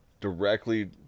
directly